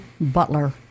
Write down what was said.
butler